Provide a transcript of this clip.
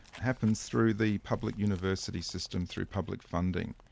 happens through the public university system, through public funding,